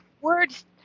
Words